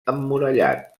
emmurallat